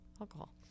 alcohol